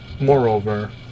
Moreover